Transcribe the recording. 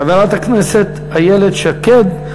חברת הכנסת איילת שקד,